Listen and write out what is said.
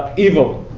evil,